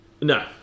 No